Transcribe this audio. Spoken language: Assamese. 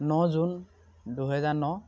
ন জুন দুহেজাৰ ন